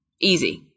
easy